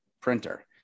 printer